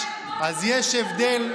נראה,